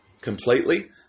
completely